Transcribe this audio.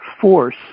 force